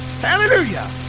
Hallelujah